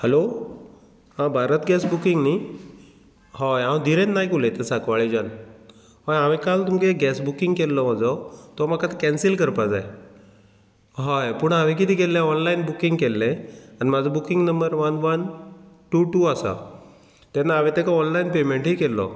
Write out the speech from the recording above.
hello आ Bharat gas booking न्ही हय हांव धिरेंद नायक उलयतां साकवाळेच्यान हय हांवें काल तुमगे गॅस बुकींग केल्लो म्हजो तो म्हाका कॅन्सील करपा जाय हय पूण हांवें किदें केल्लें ऑनलायन बुकींग केल्लें आनी म्हाजो booking number one one two two आसा तेन्ना हांवें तेका ऑनलायन पेमेंटय केल्लो